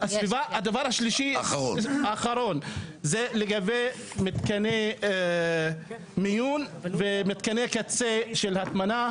הדבר השלישי הוא לגבי מתקני מיון ומתקני קצה של הטמנה.